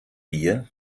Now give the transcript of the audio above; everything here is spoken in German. bier